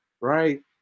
Right